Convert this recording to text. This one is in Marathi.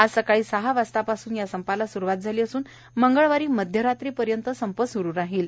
आज सकाळी सहा वाजल्यापासून संपाला सुरूवात झाली असून मंगळवारी मध्यारात्रीपर्यंत संप सुरू राहणार आहे